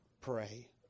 pray